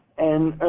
and